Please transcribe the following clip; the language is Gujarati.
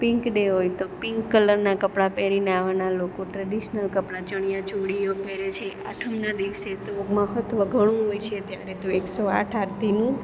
પિન્ક ડે હોય તો પિન્ક કલરનાં કપડાં પહેરીને આવવાનાં લોકો ટ્રેડિશનલ કપડાં ચણિયાચોળીઓ પહેરે છે આઠમના દિવસે તો મહત્ત્વ ઘણું હોય છે ત્યારે તો એકસો આઠ આરતીનું